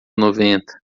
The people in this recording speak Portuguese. noventa